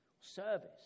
service